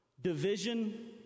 division